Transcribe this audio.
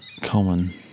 common